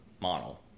model